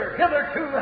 hitherto